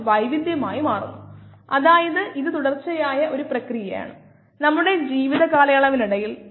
1100 ആയി മാറും നമുക്കറിയാമോ അതായത് ശതമാനം എല്ലായ്പ്പോഴും 100 ന് പുറത്താണ്